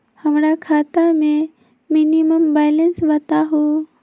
हमरा खाता में मिनिमम बैलेंस बताहु?